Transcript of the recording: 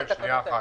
בתקנות האלו.